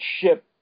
ship